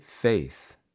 faith